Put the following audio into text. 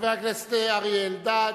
חבר הכנסת אריה אלדד.